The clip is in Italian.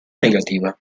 negativa